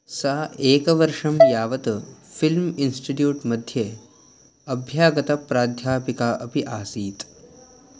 सा एकवर्षं यावत् फ़िल्म् इन्स्टिट्यूट् मध्ये अभ्यागतप्राध्यापिका अपि आसीत्